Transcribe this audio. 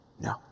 No